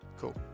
Cool